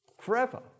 forever